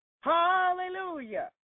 Hallelujah